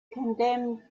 condemned